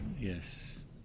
Yes